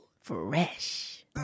Fresh